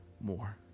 more